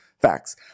Facts